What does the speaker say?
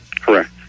Correct